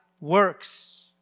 works